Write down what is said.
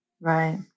Right